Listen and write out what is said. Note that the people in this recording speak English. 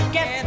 Get